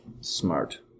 Smart